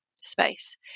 space